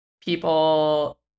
people